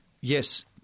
Yes